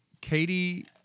Katie